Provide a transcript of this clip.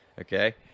Okay